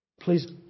Please